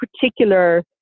particular